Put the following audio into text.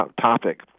topic